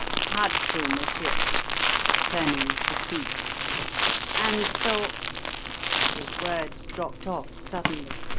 had to, monsieur turning to cleek and so his words dropped off suddenly.